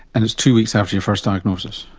and it's two weeks after your first diagnosis?